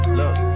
look